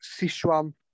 Sichuan